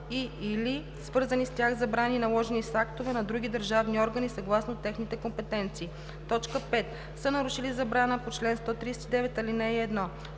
и/или свързани с тях забрани, наложени с актове на други държавни органи, съгласно техните компетенции; 5. са нарушили забрана по чл. 139, ал. 1;